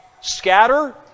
scatter